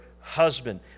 husband